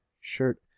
shirt